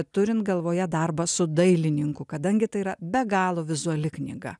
turint galvoje darbą su dailininku kadangi tai yra be galo vizuali knyga